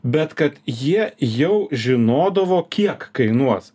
bet kad jie jau žinodavo kiek kainuos